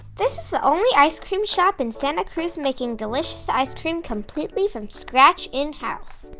this is the only ice-cream shop in santa cruz making delicious ice cream completely from scratch in-house.